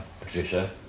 Patricia